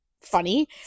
funny